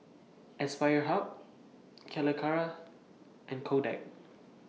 Aspire Hub Calacara and Kodak